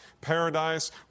paradise